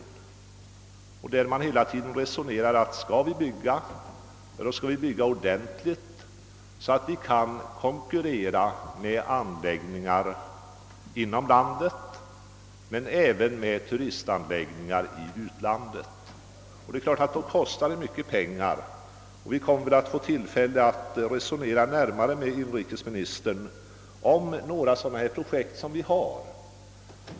Vederbörande har hela tiden resonerat så, att om vi skall bygga, skall vi bygga ordentligt, så att vi kan konkurrera med andra anläggningar inom landet men även med turistanläggningar i utlandet. Vi kommer väl att få tillfälle till närmare diskussion med inrikesministern rörande några av de projekt som vi har.